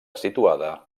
situada